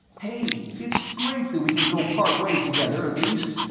hey, it's great that we can go part way together, at least!